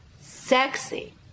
sexy